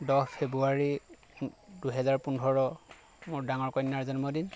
দহ ফেব্ৰুৱাৰী দুহেজাৰ পোন্ধৰ মোৰ ডাঙৰ কন্যাৰ জন্মদিন